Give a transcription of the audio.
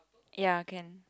ya can